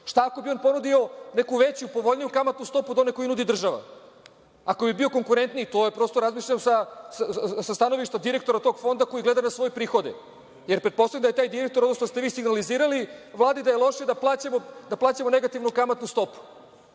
ako bi on ponudio neku veću i povoljniju kamatnu stopu od one koju nudi država. Ako bi bio konkretniji, to je prosto, razmišljam sa stanovišta direktora tog fonda koji gleda na svoje prihode, jer pretpostavljam da je taj direktor ovo što ste vi signalizirali Vladi da je loše da plaćamo negativnu kamatnu stopu.